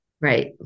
Right